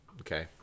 Okay